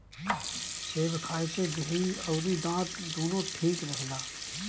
सेब खाए से देहि अउरी दांत दूनो ठीक रहेला